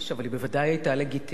אבל היא בוודאי היתה לגיטימית.